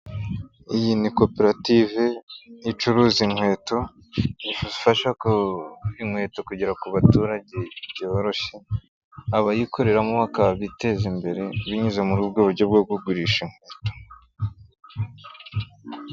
Iyi ni koperative icuruza inkweto ifasha inkweto kugera ku baturage byoroshye, abayikoreramo bakaba biteza imbere binyuze muri ubwo buryo bwo kugurisha inkweto.